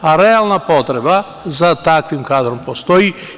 A realna potreba za takvim kadrom postoji.